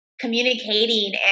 communicating